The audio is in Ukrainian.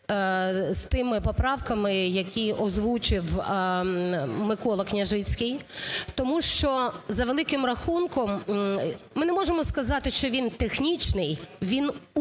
з тими поправками, які озвучив Микола Княжицький. Тому що за великим рахунком ми не можемо сказати, що він технічний, він уточнюючий.